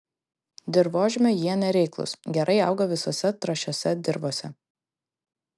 dirvožemiui jie nereiklūs gerai auga visose trąšiose dirvose